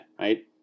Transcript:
right